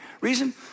reason